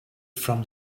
from